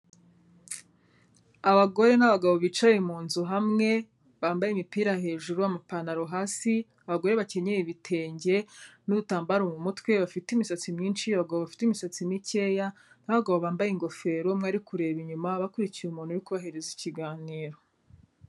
Abagore n'abagabo bicaye mu nzu hamwe bambaye imipira hejuru, amapantaro hasi. Abagore bakenyeye ibitenge n'udutambaro mu mutwe. Bafite imisatsi myinshi. Abagabo bafite imisatsi mikeya n'abagabo bambaye ingofero. Umwe arikureba inyuma, bakurikiye umuntu urikohereza ikiganiro.